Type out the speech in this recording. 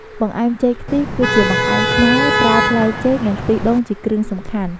បង្អែមចេកខ្ទិះគឺជាបង្អែមខ្មែរ ប្រើផ្លែចេក និងខ្ទិះដូងជាគ្រឿងសំខាន់។